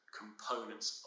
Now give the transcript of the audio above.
components